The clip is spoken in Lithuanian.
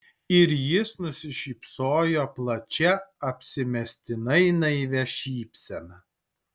ir jis nusišypsojo plačia apsimestinai naivia šypsena